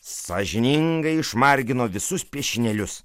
sąžiningai išmargino visus piešinėlius